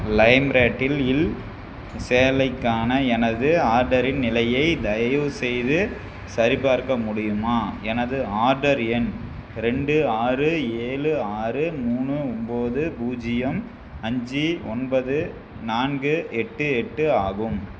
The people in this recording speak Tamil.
லைம்ரேட்டில் சேலைக்கான எனது ஆர்டரின் நிலையை தயவுசெய்து சரிபார்க்க முடியுமா எனது ஆர்டர் எண் ரெண்டு ஆறு ஏழு ஆறு மூணு ஒன்போது பூஜ்ஜியம் அஞ்சு ஒன்பது நான்கு எட்டு எட்டு ஆகும்